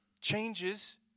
changes